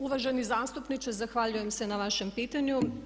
Uvaženi zastupniče, zahvaljujem se na vašem pitanju.